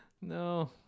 No